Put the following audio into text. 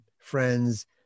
friends